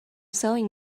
sewing